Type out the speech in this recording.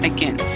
Again